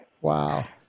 Wow